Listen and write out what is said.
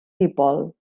dipol